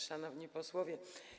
Szanowni Posłowie!